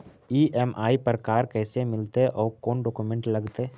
EMI पर car कैसे मिलतै औ कोन डाउकमेंट लगतै?